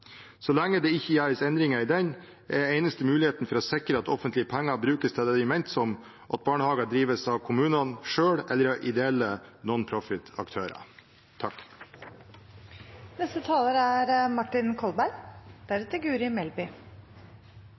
Så lenge det ikke gjøres endringer i den, er den eneste muligheten for å sikre at offentlige penger brukes til det de er ment, at barnehager drives av kommunene selv eller av ideelle nonprofitaktører. Jeg viser til det innlegget som representanten Martin